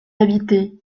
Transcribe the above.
habiter